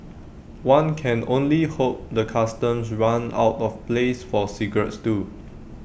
one can only hope the Customs runs out of place for cigarettes too